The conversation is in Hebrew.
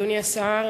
אדוני השר,